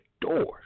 door